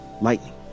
Lightning